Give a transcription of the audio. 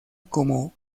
como